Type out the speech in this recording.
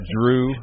Drew